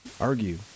argue